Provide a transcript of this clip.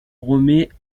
remet